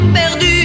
perdu